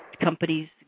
Companies